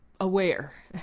aware